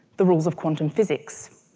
the rules of quantum physics.